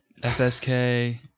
FSK